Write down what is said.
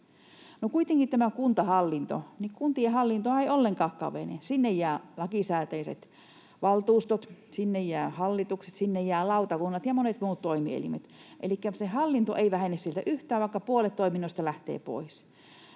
Kuitenkin kuntien hallintohan ei ollenkaan kapene: sinne jäävät lakisääteiset valtuustot, sinne jäävät hallitukset, sinne jäävät lautakunnat ja monet muut toimielimet. Elikkä se hallinto ei vähene sieltä yhtään, vaikka puolet toiminnoista lähtee pois.